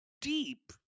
deep